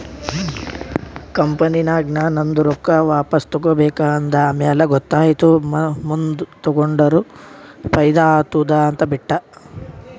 ಕಂಪನಿನಾಗ್ ನಾ ನಂದು ರೊಕ್ಕಾ ವಾಪಸ್ ತಗೋಬೇಕ ಅಂದ ಆಮ್ಯಾಲ ಗೊತ್ತಾಯಿತು ಮುಂದ್ ತಗೊಂಡುರ ಫೈದಾ ಆತ್ತುದ ಅಂತ್ ಬಿಟ್ಟ